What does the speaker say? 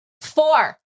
four